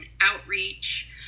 outreach